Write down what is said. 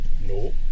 No